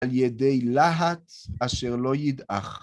על ידי להט אשר לא ידעך.